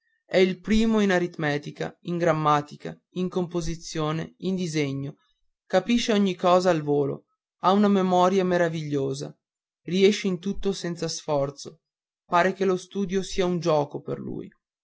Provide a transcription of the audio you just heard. è il primo in aritmetica in grammatica in composizione in disegno capisce ogni cosa al volo ha una memoria meravigliosa riesce in tutto senza sforzo pare che lo studio sia un gioco per lui